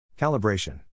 Calibration